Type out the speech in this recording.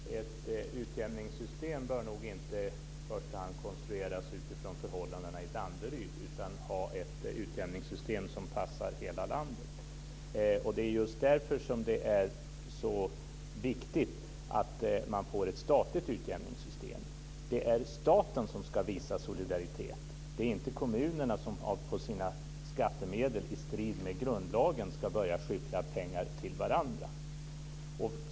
Fru talman! Ett utjämningssystem bör nog inte i första hand konstrueras utifrån förhållandena i Danderyd, utan det bör vara ett utjämningssystem som passar hela landet. Det är just därför som det är så viktigt att få ett statligt utjämningssystem. Det är staten som ska visa solidaritet. Kommunerna ska inte utifrån sina skattemedel i strid mot grundlagen börja skyffla pengar till varandra.